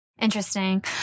Interesting